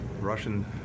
Russian